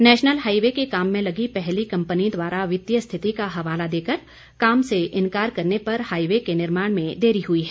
national highway के काम में लगी पहली कम्पनी द्वारा वित्तीय स्थिति का हवाला देकर काम से इनकार करने पर हाईवे के निर्माण में देरी हुई है